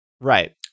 Right